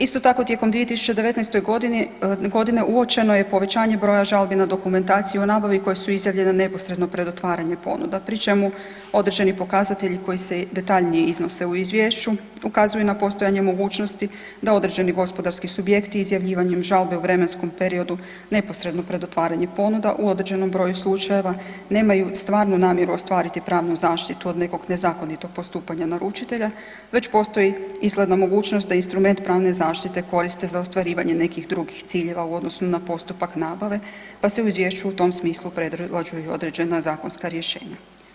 Isto tako tijekom 2019. g. uoče je povećanje broja žalbene dokumentacije o nabavi koje su izjavljene neposredno pred otvaranje ponuda pri čemu određeni pokazatelji koji se detaljnije iznose u izvješću ukazuju na postojanje mogućnosti da određeni gospodarski subjekti izjavljivanjem žalbe u vremenskom periodu neposredno pred otvaranje ponuda, u određenom broju slučajeva nemaju stvarnu namjeru ostvariti pravnu zaštitu od nekog nezakonitog postupanja naručitelja već postoji izgleda mogućnost da instrument pravne zaštite koriste za ostvarivanje nekih drugih ciljeva u odnosu na postupak nabave pa se u izvješću u tom smislu predlažu i određena zakonska rješenja.